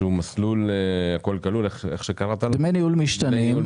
שקראת לו מסלול דמי ניהול משתנים,